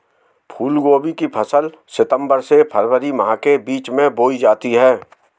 फूलगोभी की फसल सितंबर से फरवरी माह के बीच में बोई जाती है